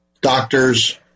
doctors